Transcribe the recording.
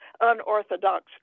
Unorthodox